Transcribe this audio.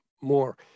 more